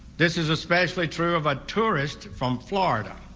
this is especially true of a tourist from florida.